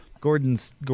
Gordon's